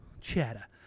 chatter